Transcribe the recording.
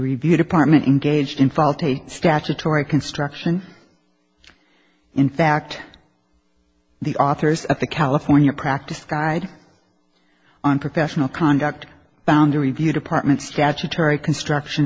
review department engaged in faulty statutory construction in fact the authors of the california practice guide unprofessional conduct boundary view department statutory construction